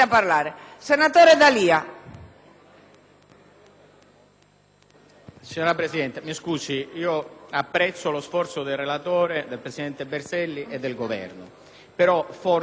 Signora Presidente, apprezzo lo sforzo del relatore, del presidente Berselli e del Governo, però forse non ho avuto il pregio di farmi comprendere.